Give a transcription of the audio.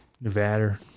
Nevada